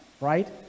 right